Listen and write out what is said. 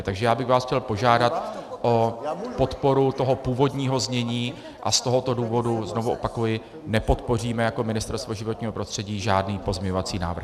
Takže já bych vás chtěl požádat o podporu toho původního, a z tohoto důvodu, znovu opakuji, nepodpoříme jako Ministerstvo životního prostředí žádný pozměňovací návrh.